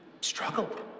struggled